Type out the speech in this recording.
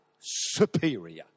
Superior